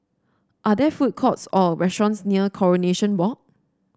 are there food courts or restaurants near Coronation Walk